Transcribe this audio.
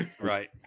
right